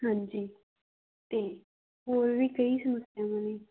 ਹਾਂਜੀ ਅਤੇ ਹੋਰ ਵੀ ਕਈ ਸਮੱਸਿਆਵਾਂ ਨੇ